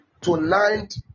Tonight